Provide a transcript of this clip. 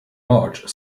large